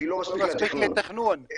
אפילו לא מספיק לתכנון.